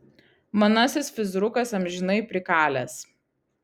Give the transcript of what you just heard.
manasis fizrukas amžinai prikalęs